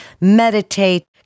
meditate